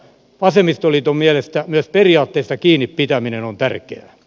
vasemmistoliiton mielestä myös periaatteista kiinni pitäminen on tärkee